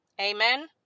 Amen